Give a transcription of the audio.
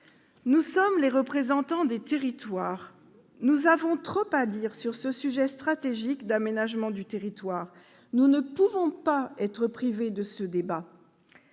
Nous sommes les représentants des territoires. Nous avons trop à dire sur ce sujet stratégique d'aménagement du territoire. Nous ne pouvons pas être privés de ce débat